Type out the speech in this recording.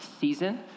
season